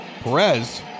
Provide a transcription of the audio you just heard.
Perez